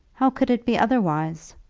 how could it be otherwise?